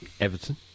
Everton